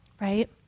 right